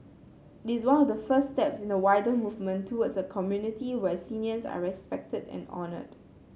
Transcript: it is one of the first steps in a wider movement towards a community where seniors are respected and honoured